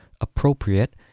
appropriate